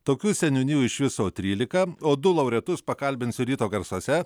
tokių seniūnijų iš viso trylika o du laureatus pakalbinsiu ryto garsuose